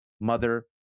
mother